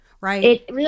right